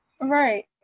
right